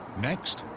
next.